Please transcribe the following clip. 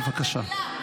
בבקשה.